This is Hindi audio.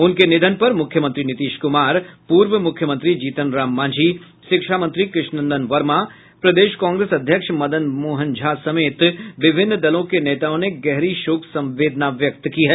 उनके निधन पर मुख्यमंत्री नीतीश कुमार पूर्व मुख्यमंत्री जीतनराम मांझी शिक्षा मंत्री कृष्णनंदन वर्मा प्रदेश कांग्रेस अध्यक्ष मदन मोहन झा समेत विभिन्न दलों के नेताओं ने गहरी शोक संवेदना व्यक्त की है